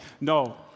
no